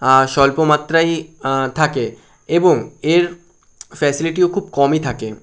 স্বল্পমাত্রায়ই থাকে এবং এর ফ্যাসিলিটিও খুব কমই থাকে